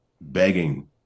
begging